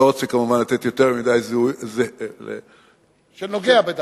לא רוצה כמובן לתת יותר מדי זיהוי, של נוגע בדבר.